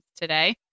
today